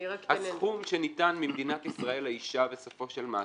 הסכום שניתן ממדינת ישראל לאישה, בסופו של מעשה,